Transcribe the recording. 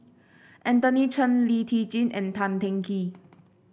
Anthony Chen Lee Tjin and Tan Teng Kee